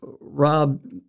Rob